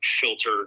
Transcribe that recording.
filter